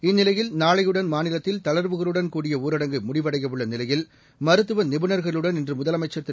இந்நிலையில் நாளையுடன் மாநிலத்தில் தளர்வுகளுடன் கூடிய ஊரடங்கு முடிவடையவுள்ள நிலையில் மருத்துவ நிபுணர்களுடன் இன்று முதலமைச்சர் திரு